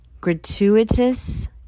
gratuitous